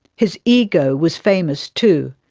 his ego was famous too.